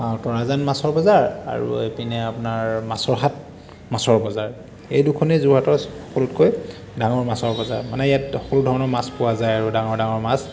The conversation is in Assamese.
তৰাজান মাছৰ বজাৰ আৰু এইপিনে আপোনাৰ মাছৰহাট মাছৰ বজাৰ এই দুখনে যোৰহাটত সকলোতকৈ ডাঙৰ মাছ বজাৰ মানে ইয়াত সকলো ধৰণৰ মাছ পোৱা যায় আৰু ডাঙৰ ডাঙৰ মাছ